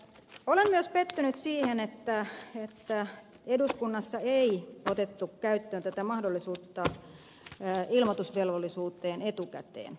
olen myös pettynyt siihen että eduskunnassa ei otettu käyttöön tätä mahdollisuutta ilmoitusvelvollisuuteen etukäteen